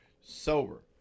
sober